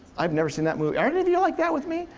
i've never seen that movie. are any of you like that with me?